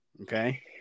Okay